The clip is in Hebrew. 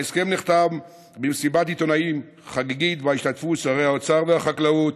ההסכם נחתם במסיבת עיתונאים חגיגית שבה השתתפו שרי האוצר והחקלאות,